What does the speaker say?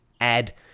add